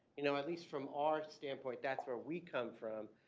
you know, at least from our standpoint, that's where we come from.